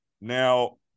Now